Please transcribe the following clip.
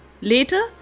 Later